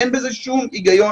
אין בזה שום הגיון.